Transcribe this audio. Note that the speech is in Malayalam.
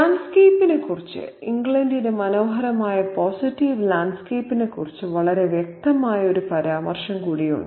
ലാൻഡ്സ്കേപ്പിനെക്കുറിച്ച് ഇംഗ്ലണ്ടിന്റെ മനോഹരമായ പോസിറ്റീവ് ലാൻഡ്സ്കേപ്പിനെക്കുറിച്ച് വളരെ വ്യക്തമായ ഒരു പരാമർശം കൂടിയുണ്ട്